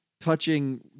touching